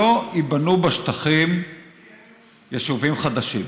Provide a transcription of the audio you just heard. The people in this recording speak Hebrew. שלא ייבנו בשטחים יישובים חדשים.